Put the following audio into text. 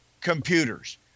computers